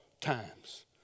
times